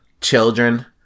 Children